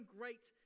great